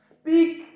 Speak